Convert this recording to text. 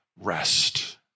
rest